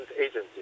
agencies